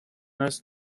است